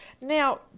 Now